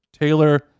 taylor